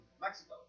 Mexico